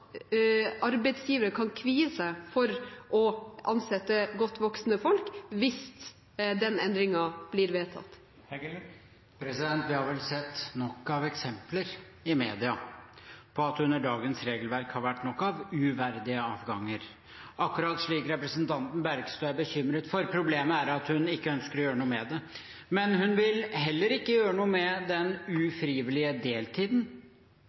arbeidsgivere kan kvie seg for å ansette godt voksne folk hvis den endringen blir vedtatt. Vi har vel sett nok av eksempler i media på at det under dagens regelverk har vært nok av uverdige avganger, akkurat slik representanten Bergstø er bekymret for. Problemet er at hun ikke ønsker å gjøre noe med det. Men hun vil heller ikke gjøre noe med den ufrivillige deltiden,